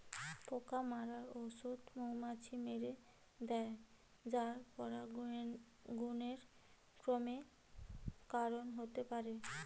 পোকা মারার ঔষধ মৌমাছি মেরে দ্যায় যা পরাগরেণু কমের কারণ হতে পারে